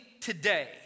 today